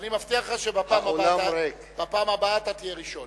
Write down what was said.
אני מבטיח לך שבפעם הבאה אתה תהיה ראשון.